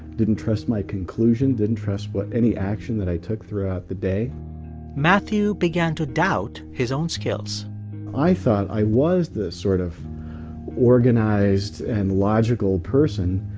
didn't trust my conclusions, didn't trust what any action that i took throughout the day matthew began to doubt his own skills i thought i was this sort of organized and logical person.